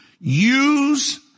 use